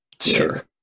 Sure